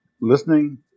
Listening